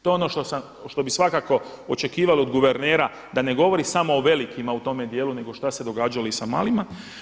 To je ono što sam, što bi svakako očekivali od guvernera da ne govori samo o velikima u tome dijelu nego šta se događalo i sa malima.